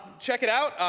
check it out.